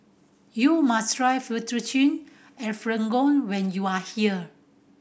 you must try Fettuccine Alfredo when you are here